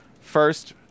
first